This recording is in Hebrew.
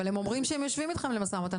אבל הם אומרים שהם יושבים אתכם למשא ומתן,